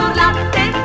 latte